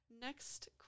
Next